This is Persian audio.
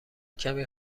کمی